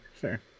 sure